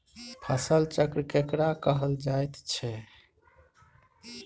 फसल चक्र केकरा कहल जायत छै?